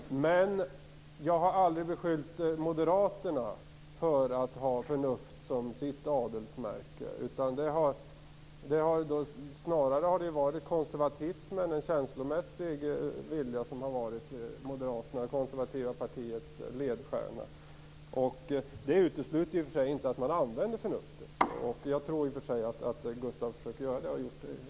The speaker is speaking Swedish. Herr talman! Jag har aldrig beskyllt Moderaterna för att ha förnuft som sitt adelsmärke. Snarare har det varit konservatismen, en känslomässig vilja, som har varit det konservativa partiets ledstjärna. Det utesluter inte i och för sig att man använder förnuftet. Jag tror i och för sig att Gustaf von Essen försöker göra det.